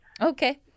Okay